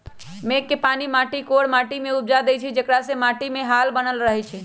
मेघ के पानी माटी कोर माटि में पहुँचा देइछइ जेकरा से माटीमे हाल बनल रहै छइ